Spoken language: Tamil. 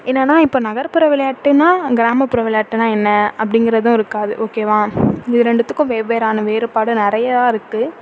என்னன்னா இப்போ நகர்ப்புற விளையாட்டுனா கிராமப்புற விளையாட்டுனா என்ன அப்படிங்கிறதும் இருக்காது ஓகேவா இது ரெண்டுத்துக்கும் வெவ்வேறான வேறுபாடு நிறையா இருக்குது